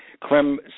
Clem